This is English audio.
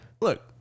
look